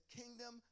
kingdom